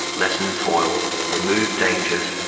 lessened toil, removed dangers,